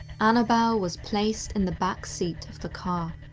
annabelle was placed in the back seat of the car.